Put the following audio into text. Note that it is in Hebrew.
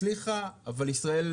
הצליחה, אבל ישראל,